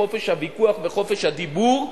חופש הוויכוח וחופש הדיבור,